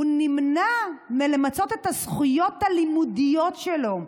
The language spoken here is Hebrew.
הוא נמנע מלמצות את הזכויות הלימודיות שלו.